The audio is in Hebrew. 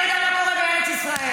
אתה לא יודע מה קורה בארץ ישראל.